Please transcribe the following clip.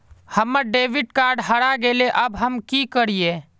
हमर debit card हरा गेले अब हम की करिये?